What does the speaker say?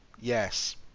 Yes